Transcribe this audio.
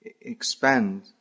expand